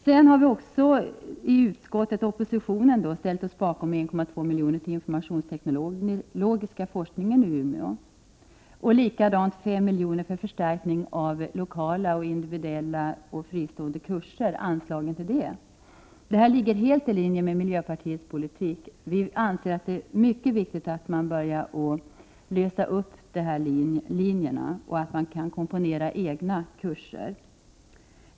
Sedan har vi i oppositionen i utskottet ställt oss bakom förslagen att anslå 1,2 miljoner till informationsteknologiska forskningen i Umeå samt 5 miljoner till förstärkning av lokala, individuella och fristående kurser. Detta ligger helt i linje med miljöpartiets politik. Vi anser att det är mycket viktigt att man börjar lösa upp dessa linjer och att man kan komponera egna kurser.